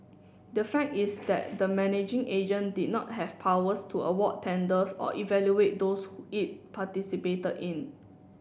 the fact is that the managing agent did not have powers to award tenders or evaluate those who it participated in